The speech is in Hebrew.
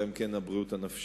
אלא אם כן מדובר בבריאות הנפשית.